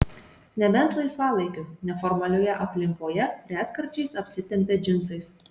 nebent laisvalaikiu neformalioje aplinkoje retkarčiais apsitempia džinsais